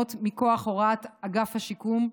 המשולמות מכוח הוראות אגף השיקום.